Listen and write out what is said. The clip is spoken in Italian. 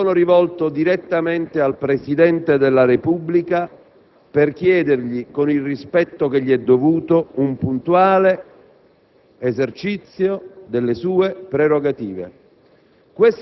mi sono rivolto direttamente al Presidente della Repubblica, per chiedergli, con il rispetto che gli è dovuto, un puntuale esercizio delle sue prerogative.